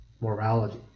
morality